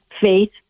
faith